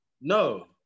No